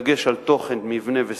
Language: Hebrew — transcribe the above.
בדגש על תוכן, מבנה ושפה,